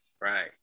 right